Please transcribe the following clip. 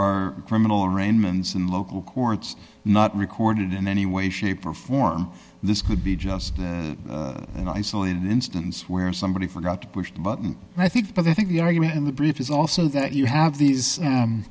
our criminal arraignments and local courts not recorded in any way shape or form this could be just an isolated instance where somebody forgot to push the button and i think but i think the argument in the brief is also that you have these